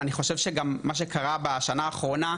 אני חושב שמה שקרה בשנה האחרונה,